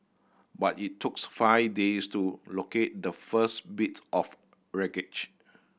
but it took five days to locate the first bits of wreckage